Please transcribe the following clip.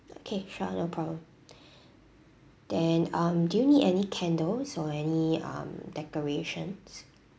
okay sure no problem then um do you need any candles or any um decorations